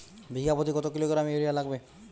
বিঘাপ্রতি কত kilogram urea লাগবে?